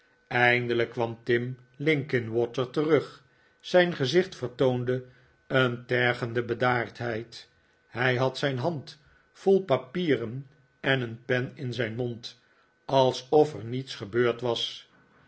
eindelijk kwam tim linkinwater terug zijn gezicht vertoonde een tergende bedaardheid hij had zijn hand vol papieren en een pen in zijn mond alsof er niets gebeurd was